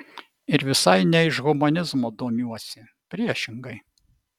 ir visai ne iš humanizmo domiuosi priešingai